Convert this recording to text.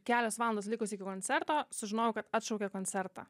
kelios valandos likus iki koncerto sužinojau kad atšaukė koncertą